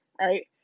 right